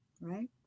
right